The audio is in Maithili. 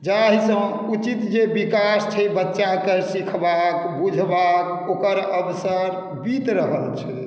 जाहि से उचित जे विकास छै बच्चाके सिखबाक बुझबाक ओकर अवसर बीत रहल छै